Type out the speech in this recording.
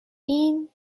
این